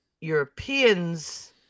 Europeans